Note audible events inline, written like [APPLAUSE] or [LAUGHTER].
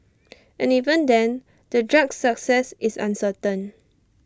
[NOISE] and even then the drug's success is uncertain